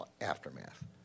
aftermath